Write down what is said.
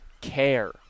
care